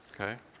okay